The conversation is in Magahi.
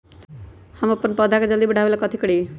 हम अपन पौधा के जल्दी बाढ़आवेला कथि करिए?